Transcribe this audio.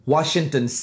Washington